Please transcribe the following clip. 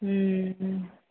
हूँ